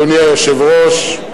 אדוני היושב-ראש,